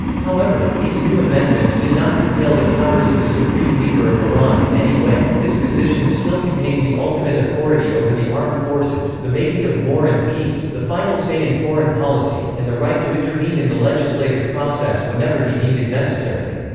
however, these new amendments did not curtail the powers of the supreme leader of iran in any way this position still contained the ultimate authority over the armed forces, the making making of war and peace, the final say in foreign policy, and the right to intervene in the legislative process whenever he deemed it necessary.